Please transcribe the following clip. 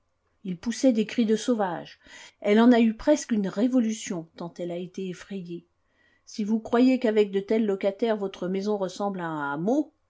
il poussait des cris de sauvage elle en a eu presque une révolution tant elle a été effrayée si vous croyez qu'avec de tels locataires votre maison ressemble à un